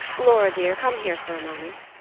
laura, dear, come here for a moment.